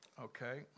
Okay